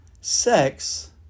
sex